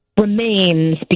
remains